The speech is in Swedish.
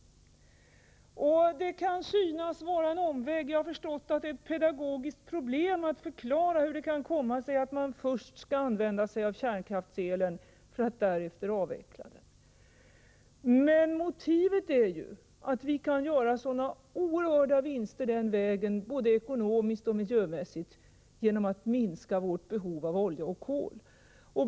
Den väg vi valt kan synas vara en omväg — jag har förstått att det är ett pedagogiskt problem att förklara hur det kan komma sig att man skall börja med att använda kärnkraftsel för att därefter avveckla den — men motivet är att vi kan göra sådana oerhörda vinster, både ekonomiskt och miljömässigt, genom att minska vårt behov av olja och kol.